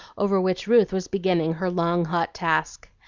over which ruth was beginning her long hot task.